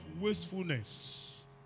wastefulness